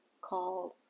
called